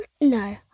No